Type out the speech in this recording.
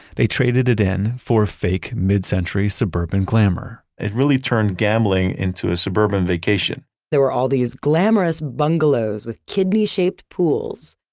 they traded it in for fake mid-century suburban glamor it really turned gambling into a suburban vacation there were all these glamorous bungalows with kidney shaped pools.